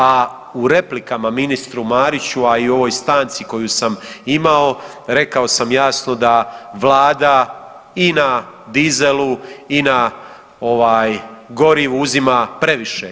A u replikama ministru Mariću, a i u ovoj stanci koju sam imao rekao sam jasno da vlada i na dizelu i na ovaj gorivu uzima previše.